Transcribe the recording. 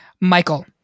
Michael